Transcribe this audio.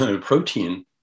protein